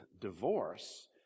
divorce